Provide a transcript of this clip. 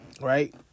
Right